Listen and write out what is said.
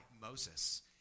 Moses